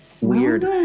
weird